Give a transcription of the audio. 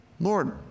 Lord